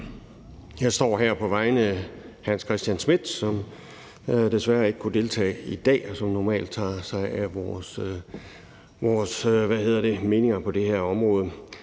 Jeg står her på vegne af Hans Christian Schmidt, som desværre ikke kunne deltage i dag, men som normalt tager sig af vores meninger på det her område.